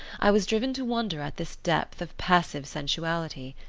i was driven to wonder at this depth of passive sensuality.